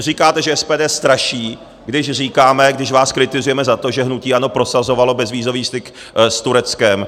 Říkáte, že SPD straší, když říkáme, když vás kritizujeme za to, že hnutí ANO prosazovalo bezvízový styk s Tureckem.